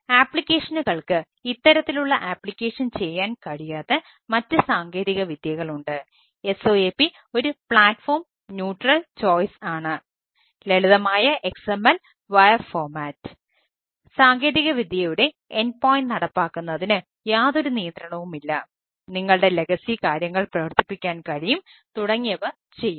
ആപ്ലിക്കേഷനുകൾക്ക് കാര്യങ്ങൾ പ്രവർത്തിപ്പിക്കാൻ കഴിയും തുടങ്ങിയവ ചെയ്യുന്നു